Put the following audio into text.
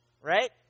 Right